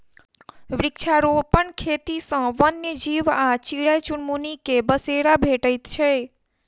वृक्षारोपण खेती सॅ वन्य जीव आ चिड़ै चुनमुनी के बसेरा भेटैत छै